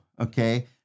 Okay